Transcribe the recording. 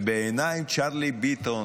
ובעיניי צ'רלי ביטון